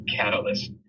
catalyst